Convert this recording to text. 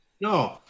No